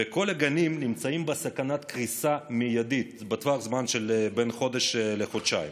וכל הגנים נמצאים בסכנת קריסה מיידית בטווח זמן של בין חודש לחודשיים,